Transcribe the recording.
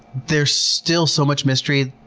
there's still so much mystery.